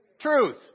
truth